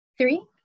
Three